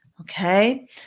Okay